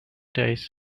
days